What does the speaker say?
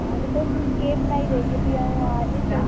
हां ते तुस मिकी केह् बनाई देगे फ्ही अ'ऊं आ नी थो